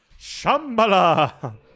Shambhala